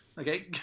Okay